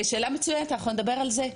שאלה מצוינת, אנחנו נדבר על זה.